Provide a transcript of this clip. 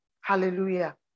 Hallelujah